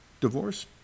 divorce